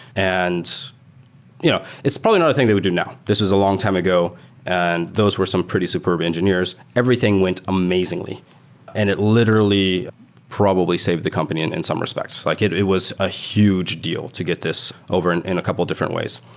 and yeah it's probably not a thing that we'd do now. this is a long time ago and those were some pretty superb engineers. everything went amazingly and it literally probably saved the company in in some respects. like it it was a huge deal to get this over and in a couple of different ways.